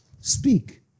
speak